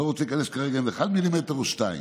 לא רוצה להיכנס כרגע אם זה מילימטר אחד או שתיים.